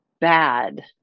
bad